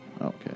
Okay